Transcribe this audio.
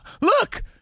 look